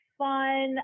fun